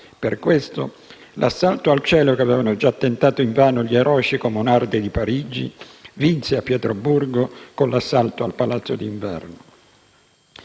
Per questo l'assalto al cielo, che avevano già tentato invano gli eroici comunardi di Parigi, vinse a Pietrogrado con l'assalto al Palazzo d'Inverno.